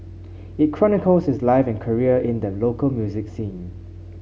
it chronicles his life and career in the local music scene